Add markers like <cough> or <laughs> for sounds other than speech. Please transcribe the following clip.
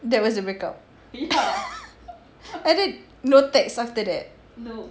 there was the break up <laughs> ah then no text after that